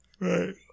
right